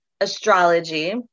astrology